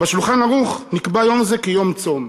ב"שולחן ערוך" נקבע היום הזה כיום צום.